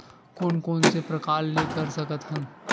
कोन कोन से प्रकार ले कर सकत हन?